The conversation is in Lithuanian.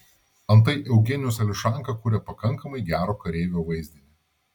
antai eugenijus ališanka kuria pakankamai gero kareivio vaizdinį